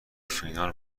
فینال